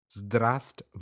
Zdrast